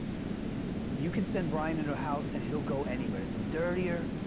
you can send brian into a house, and he'll go anywhere. the dirtier,